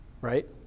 right